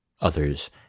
others